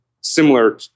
similar